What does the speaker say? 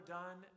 done